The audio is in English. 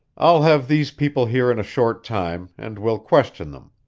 i'll have these people here in a short time, and we'll question them.